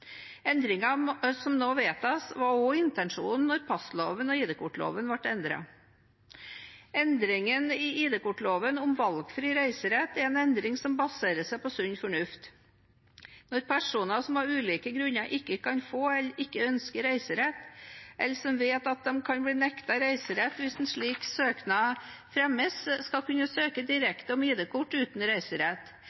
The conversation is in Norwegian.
som nå vedtas, var også intensjonen da passloven og ID-kortloven ble endret. Endringen i ID-kortloven om valgfri reiserett er en endring som baserer seg på sunn fornuft. Personer som av ulike grunner ikke kan få eller ikke ønsker reiserett, eller som vet at de kan bli nektet reiserett hvis en slik søknad fremmes, skal kunne søke